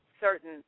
certain